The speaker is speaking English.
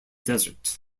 desert